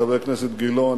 חבר הכנסת גילאון,